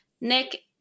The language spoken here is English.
Nick